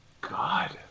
God